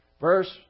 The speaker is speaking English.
Verse